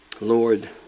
Lord